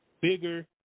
bigger